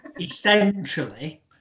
Essentially